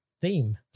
theme